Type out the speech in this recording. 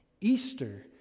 Easter